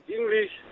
English